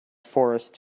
forest